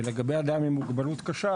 ולגבי אדם עם מוגבלות קשה